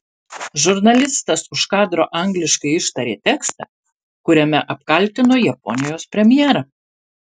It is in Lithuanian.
žurnalistas už kadro angliškai ištarė tekstą kuriame apkaltino japonijos premjerą